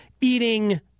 eating